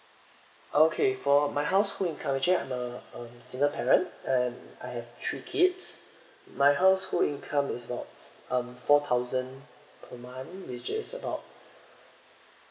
okay for my household income actually I'm a a single parent and I have three kids my household income is about um four thousand per month which is about